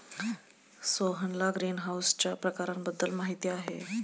सोहनला ग्रीनहाऊसच्या प्रकारांबद्दल माहिती आहे